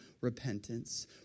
repentance